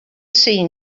seen